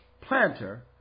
planter